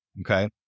Okay